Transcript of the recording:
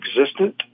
existent